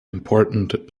important